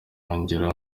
nkongera